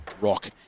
rock